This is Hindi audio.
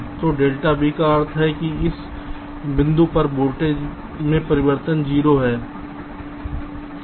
तो डेल्टा V का अर्थ है कि इस बिंदु पर वोल्टेज में परिवर्तन 0 है